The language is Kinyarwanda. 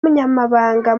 umunyamabanga